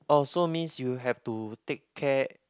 uh so means you have to take care